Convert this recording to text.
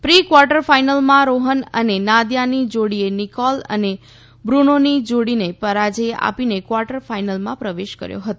pre quarter ફાઈનલમાં રોફન અને નાદીયાની જોડીએ નિકોલ અને બુનોની જોડીને પરાજય આપીને ક્વાર્ટર ફાઈનલમાં પ્રવેશ કર્યો હતો